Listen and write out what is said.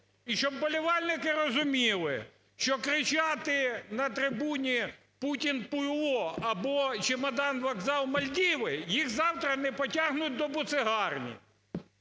І щоб вболівальники розуміли, що кричати на трибуні "Путін – пуйло!" або "Чемодан-вокзал-Мальдіви", їх завтра не потягнуть до буцегарні